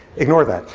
ignore that.